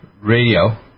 radio